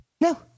No